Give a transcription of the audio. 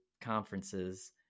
conferences